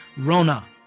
Rona